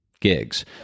gigs